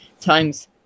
times